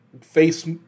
face